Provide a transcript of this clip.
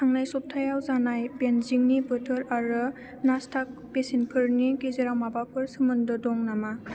थांनाय सप्तायाव जानाय बेन्जिंनि बोथोर आरो नासडाक बेसेनफोरनि गेजेराव माबाफोर सोमोन्दो दं नामा